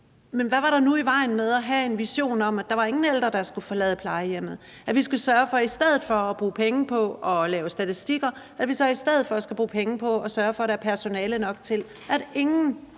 Men hvad var der nu i vejen med at have en vision om, at der ikke var nogen ældre, der skulle forlade plejehjemmet, altså i forhold til at vi i stedet for at bruge penge på at lave statistikker skulle bruge penge på at sørge for, at der er personale nok til, at ingen